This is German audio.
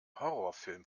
horrorfilm